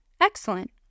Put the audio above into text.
Excellent